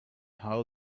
how